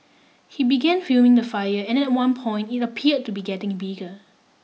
he began filming the fire and at one point it appear to be getting bigger